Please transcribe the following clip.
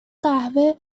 قهوه